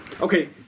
Okay